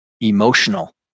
emotional